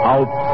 Out